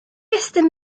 estyn